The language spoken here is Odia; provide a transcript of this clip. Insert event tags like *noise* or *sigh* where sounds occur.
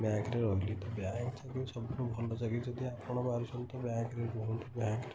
ବ୍ୟାଙ୍କରେ ରହିଲି ତ ବ୍ୟାଙ୍କ ଚାକିରି ସବୁଠୁ ଭଲ ଚାକିରି ଯଦି ଆପଣ *unintelligible* ବ୍ୟାଙ୍କରେ ରୁହନ୍ତୁ ବ୍ୟାଙ୍କରେ